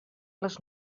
les